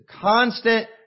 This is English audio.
constant